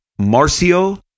marcio